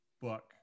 book